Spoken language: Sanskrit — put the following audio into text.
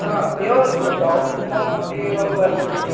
ह प्योर् तद् गोदुग्धम् अस्ति एवं वर्तते